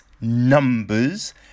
numbers